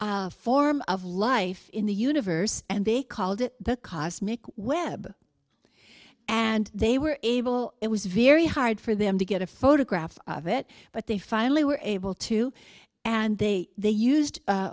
form of life in the universe and they called it the cosmic web and they were able it was very hard for them to get a photograph of it but they finally were able to and they they used